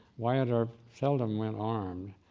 wyatt earp seldom went armed,